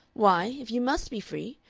why, if you must be free,